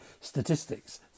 Statistics